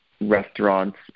restaurants